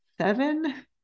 Seven